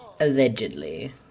Allegedly